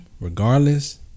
regardless